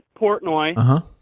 Portnoy